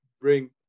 bring